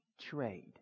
trade